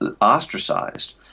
ostracized